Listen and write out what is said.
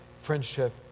friendship